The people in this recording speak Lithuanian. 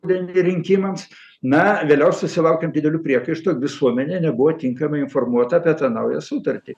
bendri rinkimams na vėliau susilaukėm didelių priekaištų visuomenė nebuvo tinkamai informuota apie tą naują sutartį